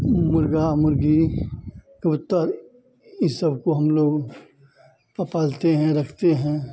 मुर्गा मुर्गी तोता ई सब को हम लोग प पालते हैं रखते हैं